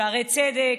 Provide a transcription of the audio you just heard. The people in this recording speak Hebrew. שערי צדק,